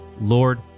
Lord